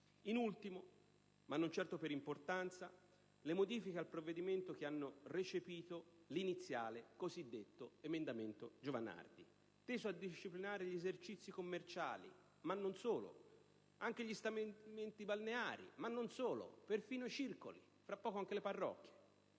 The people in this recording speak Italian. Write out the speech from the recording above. In ultimo, ma non certo per importanza, critichiamo le modifiche al provvedimento che hanno recepito l'iniziale cosiddetto emendamento Giovanardi, teso a disciplinare esercizi commerciali, ma non solo, anche stabilimenti balneari, ma non solo, e perfino i circoli (e magari anche le parrocchie!)